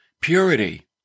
purity